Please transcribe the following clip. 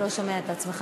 לא שומע את עצמך.